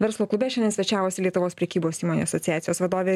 verslo klube šiandien svečiavosi lietuvos prekybos įmonių asociacijos vadovė